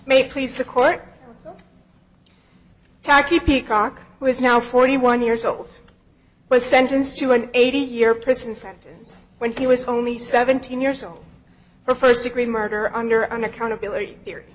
may please the court tacky peacock who is now forty one years old was sentenced to an eighty year prison sentence when he was only seventeen years old for st degree murder under unaccountability theory